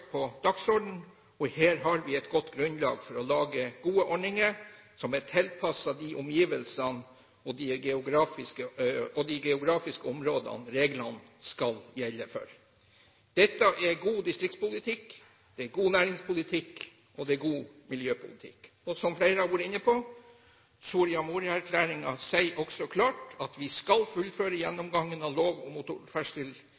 på dagsordenen, og her har vi et godt grunnlag for å lage gode ordninger som er tilpasset de omgivelsene og de geografiske områdene reglene skal gjelde for. Dette er god distriktspolitikk, det er god næringspolitikk, og det er god miljøpolitikk. Og som flere har vært inne på: Soria Moria-erklæringen sier klart at vi skal fullføre